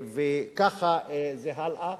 וכך זה הלאה.